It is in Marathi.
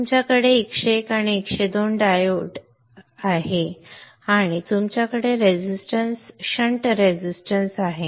तुमच्याकडे 101 आणि 102 दरम्यान डायोड आहे आणि तुमच्याकडे रेझिस्टन्स शंट रेझिस्टन्स आहे